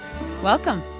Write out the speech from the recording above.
Welcome